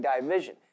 division